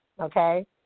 okay